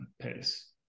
pace